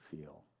feel